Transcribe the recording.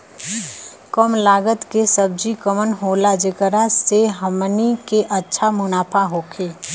कम लागत के सब्जी कवन होला जेकरा में हमनी के अच्छा मुनाफा होखे?